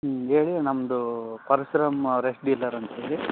ಹ್ಞೂ ಹೇಳಿ ನಮ್ದು ಪರಶುರಾಮ್ ರೆಸ್ ಡೀಲರ್ ಅಂತೇಳಿ